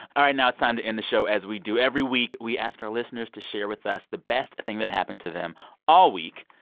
all right. now it's time to end the show as we do every week. we ask our listeners to share with us the best thing that happened to them all week.